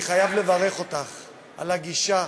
אני חייב לברך אותך על הגישה